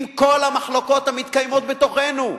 עם כל המחלוקות המתקיימות בתוכנו.